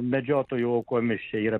medžiotojų aukomis čia yra